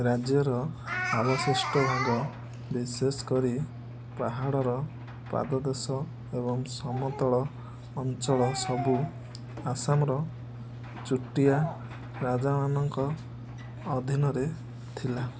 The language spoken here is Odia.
ରାଜ୍ୟର ଅବଶିଷ୍ଟ ଭାଗ ବିଶେଷ କରି ପାହାଡ଼ର ପାଦଦେଶ ଏବଂ ସମତଳ ଅଞ୍ଚଳ ସବୁ ଆସାମର ଚୁଟିଆ ରାଜାମାନଙ୍କ ଅଧୀନରେ ଥିଲା